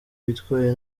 bitwaye